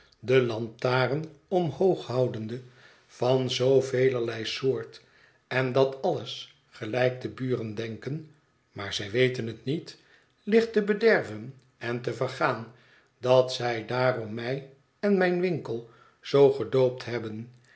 de lantaren omhoog houdende van zoo velerlei soort en dat alles gelijk de buren denken maar zij weten het niet ligt te bederven en te vergaan dat zij daarom mij en mijn winkel zoo gedoopt hebben